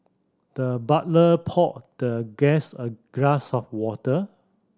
the butler poured the guest a glass of water